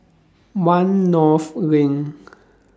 one North LINK